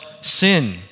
sin